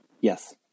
Yes